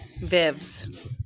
Vivs